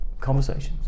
conversations